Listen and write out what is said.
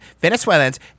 Venezuelans